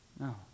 No